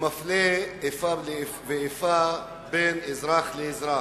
מפלה ועושה איפה ואיפה בין אזרח לאזרח.